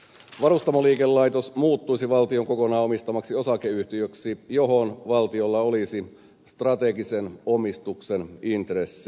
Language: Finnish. varustamoliikelaitos muuttuisi valtion kokonaan omistamaksi osakeyhtiöksi johon valtiolla olisi strategisen omistuksen intressi